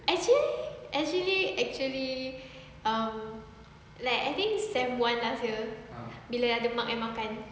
actually actually actually um like I think sem one last year bila ada mug and makan